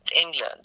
England